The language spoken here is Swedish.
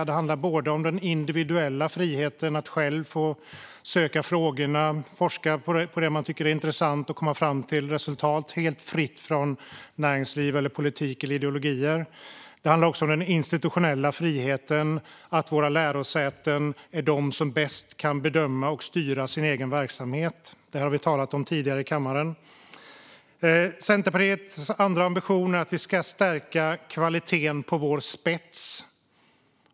Det handlar om den individuella friheten att själv få söka frågorna och att forska på det man tycker är intressant och komma fram till resultat, helt fritt från näringsliv, politik eller ideologier. Det handlar också om den institutionella friheten, det vill säga att våra lärosäten är de som bäst kan bedöma och styra sin egen verksamhet. Detta har vi talat om tidigare i kammaren. Centerpartiets andra ambition är att vi ska stärka kvaliteten på vår spets.